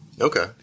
Okay